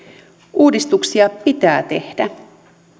uudistuksia pitää tehdä